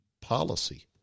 policy